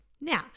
Now